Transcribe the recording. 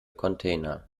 container